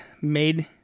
made